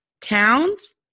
towns